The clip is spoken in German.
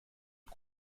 und